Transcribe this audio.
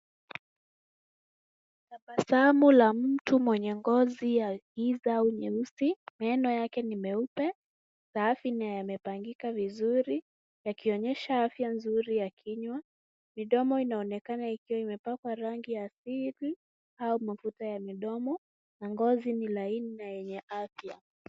Tabasamu la mtu mwenye ngozi ya giza au nyeusi. Meno yake ni meupe, safi na yamepangika vizuri yakionyesha afya nzuri ya kinywa. Midomo inaonekana ikiwa imepakwa rangi asili au mafuta ya midomo na ngozi ni laini na yenye afya.